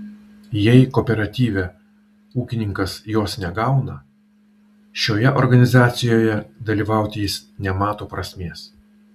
jei kooperatyve ūkininkas jos negauna šioje organizacijoje dalyvauti jis nemato prasmės